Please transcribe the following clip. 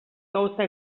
gauza